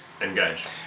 Engage